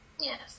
Yes